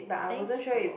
thanks for